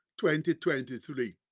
2023